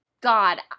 God